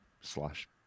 slash